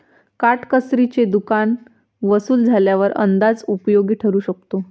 काटकसरीचे दुकान वसूल झाल्यावर अंदाज उपयोगी ठरू शकतो